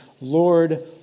Lord